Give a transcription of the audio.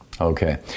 Okay